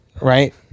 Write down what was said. Right